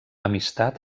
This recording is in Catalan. amistat